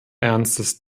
ernstes